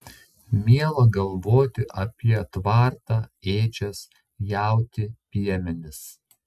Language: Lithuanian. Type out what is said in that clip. miela galvoti apie tvartą ėdžias jautį piemenis